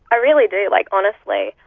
i really do, like, honestly.